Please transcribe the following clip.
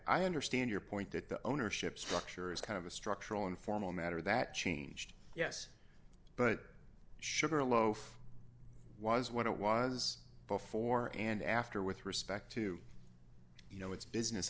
i understand your point that the ownership structure is kind of a structural informal matter that changed yes but sugarloaf was what it was before and after with respect to you know its business